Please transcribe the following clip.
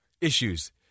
issues